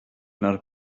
کنار